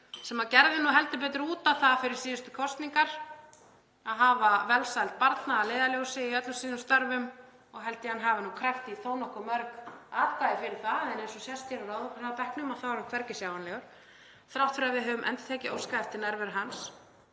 Hann gerði heldur betur út á það fyrir síðustu kosningar að hafa velsæld barna að leiðarljósi í öllum sínum störfum og held ég að hann hafi nú krækt í þó nokkuð mörg atkvæði fyrir það, en eins og sést á ráðherrabekknum er hann hvergi sjáanlegur, þrátt fyrir að við höfum endurtekið óskað eftir nærveru hans.